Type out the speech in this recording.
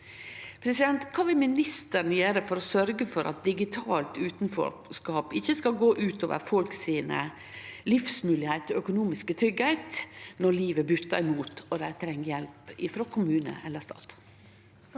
løysingane. Kva vil ministeren gjere for å sørgje for at digitalt utanforskap ikkje skal gå ut over folk sine livsmoglegheiter og økonomiske tryggleik når livet buttar imot og dei treng hjelp frå kommune eller stat?